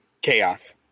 chaos